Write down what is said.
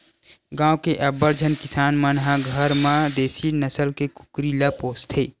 गाँव के अब्बड़ झन किसान मन ह घर म देसी नसल के कुकरी ल पोसथे